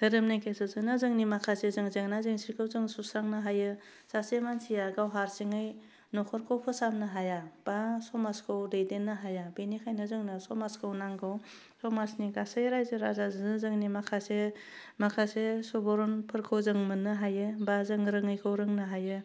दोरोमनि गेजेरजोंनो जोंनि माखासे जों जेंना जेंसिखौ जों सुस्रांनो हायो सासे मानसिया गाव हारसिङै नखरखौ फोसाबनो हाया बा समाजखौ दैदेननो हाया बेनिखायनो जोंनो समाजखौ नांगौ समाजनि गासै रायजो राजाजोंनो जोंनि माखासे माखासे सुबुरुनफोरखौ जों मोननो हायो बा जों रोङैखौ रोंनो हायो